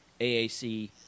AAC